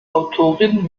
autorin